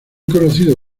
conocido